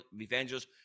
evangelists